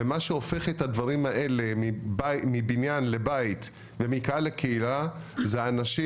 ומה שהופך את הדברים האלה מבניין לבית ומקהל לקהילה זה האנשים,